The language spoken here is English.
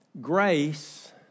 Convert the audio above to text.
Grace